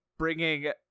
Bringing